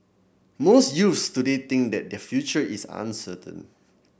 most youths today think that their future is uncertain